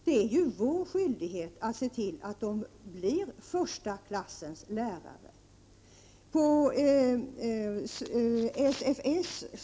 Det är vår skyldighet att se till att dessa lärare blir första klassens lärare.